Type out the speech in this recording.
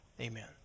amen